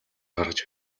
гаргаж